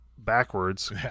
backwards